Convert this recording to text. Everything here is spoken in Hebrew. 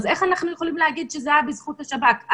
אז איך אנחנו יכולים להגיד שזה היה בזכות השב"כ.